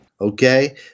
Okay